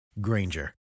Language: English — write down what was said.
Granger